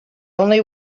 only